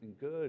good